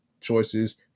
choices